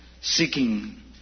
seeking